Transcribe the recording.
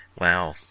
Wow